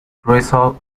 drizzle